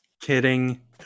Kidding